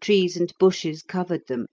trees and bushes covered them